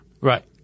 Right